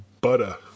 butter